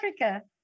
Africa